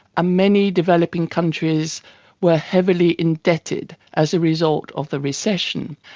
ah many developing countries were heavily indebted as a result of the recession,